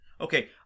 Okay